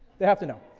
they have to know.